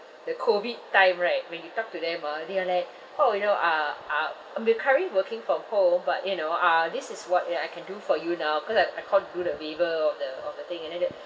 the COVID time right when you talk to them ah they are like orh you know ah um um we're currently working from home but you know uh this is what ya I can do for you now because I I can't do the waiver of the of the thing and then they